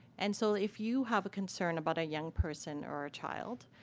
and so, if you have a concern about a young person or a child,